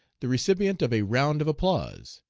the recipient of a round of applause.